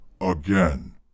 again